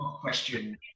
question